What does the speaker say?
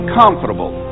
comfortable